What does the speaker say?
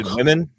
women